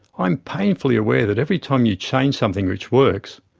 i am painfully aware that, every time you change something which works,